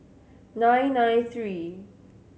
nine nine three